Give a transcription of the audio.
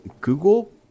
Google